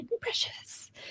precious